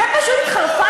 אתם פשוט התחרפנתם?